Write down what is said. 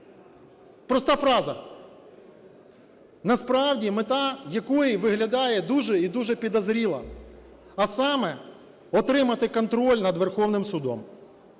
Проста фраза, насправді мета, якої виглядає дуже і дуже підозріло, а саме отримати контроль над Верховним судом.